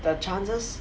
the chances